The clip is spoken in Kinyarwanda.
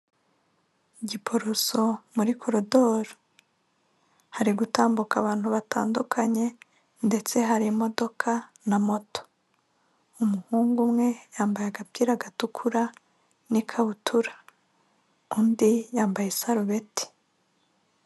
Giporoso muri korodoro hari gutambuka abantu batandukanye ndetse hari imodoka na moto, umuhungu umwe yambaye agapira gatukura n'ikabutura, undi yambaye isarubeti.